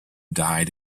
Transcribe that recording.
died